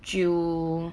酒